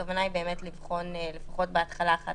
הכוונה היא באמת לבחון לפחות בהתחלה אחת